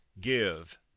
give